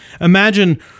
Imagine